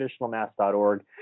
traditionalmass.org